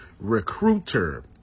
recruiter